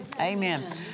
Amen